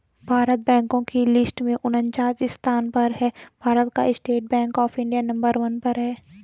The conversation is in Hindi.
भारत बैंको की लिस्ट में उनन्चास स्थान पर है भारत का state bank of India number one पर है